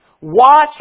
Watch